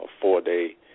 four-day